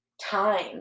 time